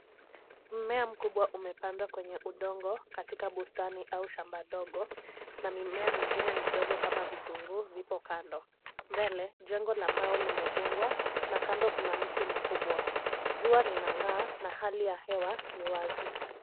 Mmea mkubwa umepandwa kwenye udongo katika bustani au shamba dogo na mimea mingine midogo kama vitunguu vipo kando, mbele jengo la mbao limejengwa na kando kuna mti mkubwa, jua linangaa na hali ya hewa ni wazi.